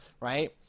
right